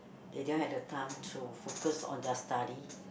they don't have the time to focus on their study